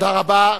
תודה רבה.